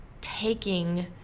taking